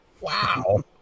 wow